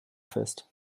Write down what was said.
fest